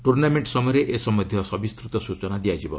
tournament ସମୟରେ ଏ ସମ୍ଭନ୍ଧୀୟ ସବିସ୍ଚୃତ ସୂଚନା ଦିଆଯିବ